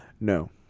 No